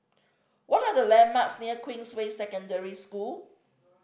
what are the landmarks near Queensway Secondary School